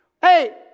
Hey